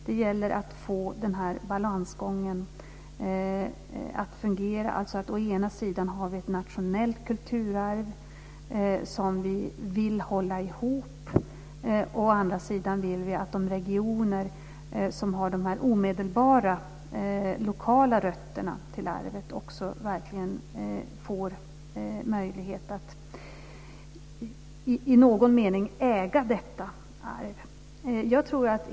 Det gäller att få balansgången att fungera, dvs. att å ena sidan ha ett nationellt kulturarv som vi vill hålla ihop, å andra sidan att regionerna med de omedelbara lokala rötterna till arvet verkligen ska få möjlighet att i någon mening äga detta arv.